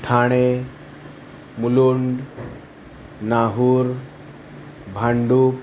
Thane Mulund Nahur Bhandup